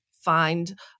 find